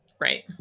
Right